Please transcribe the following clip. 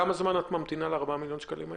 כמה זמן את ממתינה לסכום זה?